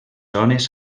ones